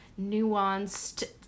nuanced